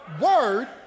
word